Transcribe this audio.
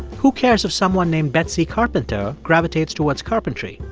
who cares if someone named betsy carpenter gravitates towards carpentry?